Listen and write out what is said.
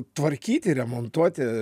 tvarkyti remontuoti